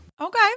Okay